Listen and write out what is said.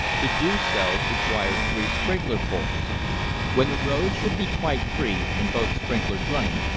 to do so required three sprinklerfuls. when the road should be quite free, and both sprinklers running,